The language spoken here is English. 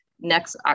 next